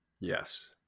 yes